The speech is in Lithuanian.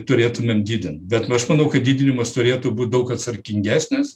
turėtumėm didint bet aš manau kad didinimas turėtų būt daug atsakingesnis